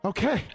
Okay